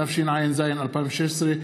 התשע"ז 2016,